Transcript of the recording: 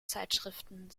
zeitschriften